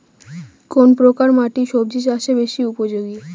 কোন প্রকার মাটি সবজি চাষে বেশি উপযোগী?